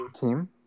team